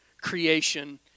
creation